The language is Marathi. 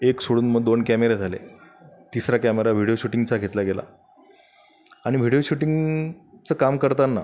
एक सोडून मग दोन कॅमेरे झाले तिसरा कॅमेरा व्हिडीओ शुटींगचा घेतला गेला आणि व्हिडीओ शुटींगचं काम करताना